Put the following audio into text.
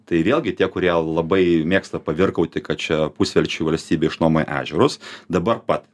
tai vėlgi tie kurie labai mėgsta pavirkauti kad čia pusvelčiui valstybė išnuomoja ežerus dabar pat